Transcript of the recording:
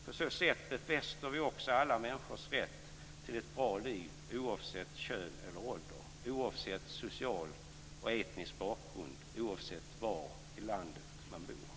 På så sätt befäster vi också alla människors rätt till ett bra liv oavsett kön eller ålder, oavsett social och etnisk bakgrund och oavsett var i landet man bor.